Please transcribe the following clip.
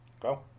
Go